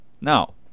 Now